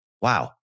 wow